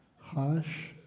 Hush